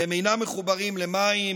והם אינם מחוברים למים